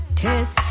test